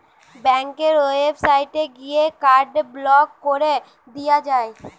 ব্যাংকের ওয়েবসাইটে গিয়ে কার্ড ব্লক কোরে দিয়া যায়